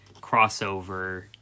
crossover